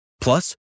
Plus